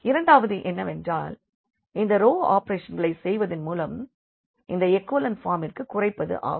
இரண்டாவது என்னவென்றால் இந்த ரோ ஆபரேஷன்களை செய்வதன் மூலம் இந்த எகோலன் பார்மிற்கு குறைப்பது ஆகும்